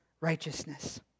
righteousness